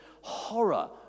horror